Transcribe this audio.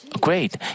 great